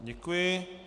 Děkuji.